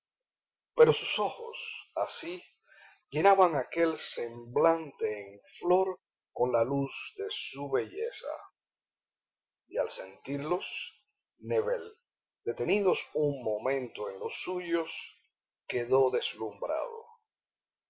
pero sus ojos así llenaban aquel semblante en flor con la luz de su belleza y al sentirlos nébel detenidos un momento en los suyos quedó deslumbrado